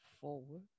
forward